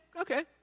okay